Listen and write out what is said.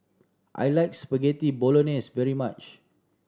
I like Spaghetti Bolognese very much